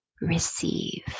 receive